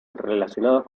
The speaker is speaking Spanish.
relacionados